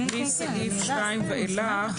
מסעיף (2) ואילך,